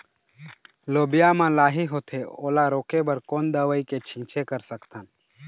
लोबिया मा लाही होथे ओला रोके बर कोन दवई के छीचें कर सकथन?